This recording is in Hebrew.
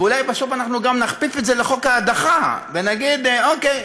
ואולי בסוף אנחנו גם נכפיף את זה לחוק ההדחה ונגיד: אוקיי,